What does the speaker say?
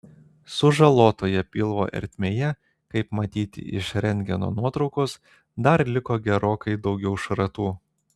sužalotoje pilvo ertmėje kaip matyti iš rentgeno nuotraukos dar liko gerokai daugiau šratų